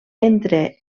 entre